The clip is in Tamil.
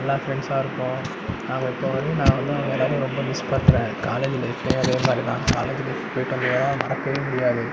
எல்லா ஃப்ரெண்ட்ஸாயிருப்போம் நாங்கள் இப்போ வரையும் நான் வந்து அவங்க எல்லோரையும் ரொம்ப மிஸ் பண்ணுறேன் காலேஜ் லைஃப்லையும் அதேமாதிரிதான் காலேஜ் லைஃப் போயிட்டு வந்ததெலாம் மறக்கவே முடியாது